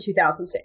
2006